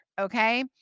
Okay